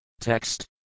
Text